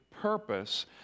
purpose